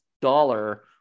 dollar